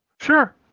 Sure